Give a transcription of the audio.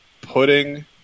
putting